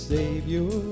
Savior